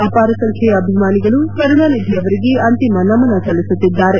ಅಪಾರ ಸಂಖ್ಯೆಯ ಅಭಿಮಾನಿಗಳು ಕರುಣಾನಿಧಿ ಅವರಿಗೆ ಅಂತಿಮ ನಮನ ಸಲ್ಲಿಸುತ್ತಿದ್ದಾರೆ